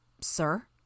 Sir